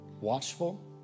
watchful